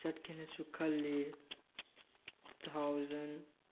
ꯆꯠꯀꯦꯅꯁꯨ ꯈꯜꯂꯤ two thousand